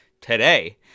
today